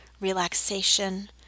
relaxation